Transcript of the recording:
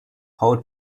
how